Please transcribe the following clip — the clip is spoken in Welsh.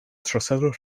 troseddwr